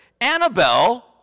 Annabelle